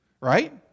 right